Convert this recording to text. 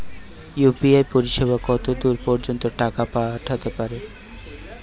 UPI পরিসেবা কতদূর পর্জন্ত টাকা পাঠাতে পারি?